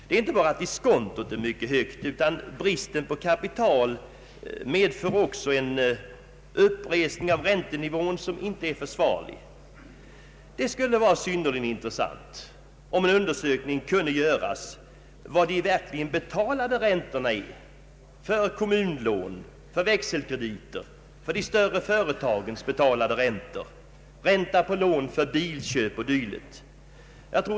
Det är inte bara diskontot som är mycket högt, utan bristen på kapital medför också en uppresning av räntenivån som inte är försvarlig. Det skulle vara synnerligen intressant om en undersökning kunde göras om vad de verkligen betalade räntorna är för kommunlån, växelkrediter, större företags betalade räntor, ränta på lån för bilköp o.d.